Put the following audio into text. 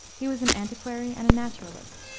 he was an antiquary and a naturalist,